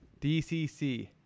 DCC